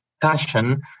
passion